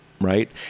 right